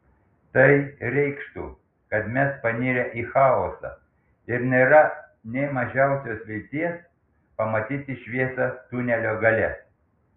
tai reikštų kad mes panirę į chaosą ir nėra nė mažiausios vilties pamatyti šviesą tunelio gale